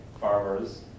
farmers